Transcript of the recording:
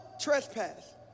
trespass